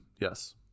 Yes